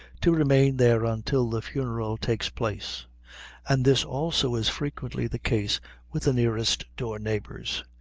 to remain there until the funeral takes place and this also is frequently the case with the nearest door neighbors.